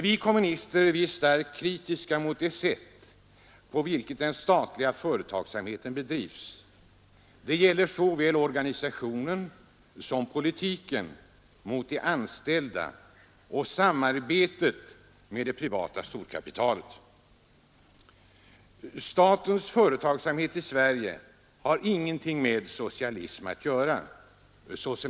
Vi kommunister är starkt kritiska mot det sätt på vilket den statliga företagsamheten bedrivs. Det gäller såväl organisationen som politiken mot de anställda och samarbetet med det privata storkapitalet. Statens företagsamhet i Sverige, såsom den nu bedrives, har ingenting med socialism att göra.